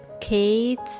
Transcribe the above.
kids